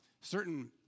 certain